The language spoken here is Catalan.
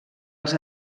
els